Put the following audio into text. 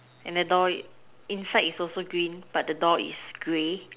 and the door inside is also green but the door is grey